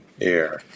air